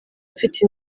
afite